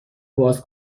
باز